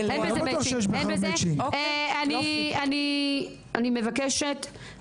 וציפיתם ששם הם יעבדו אני לא אוהבת את המדרג